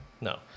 No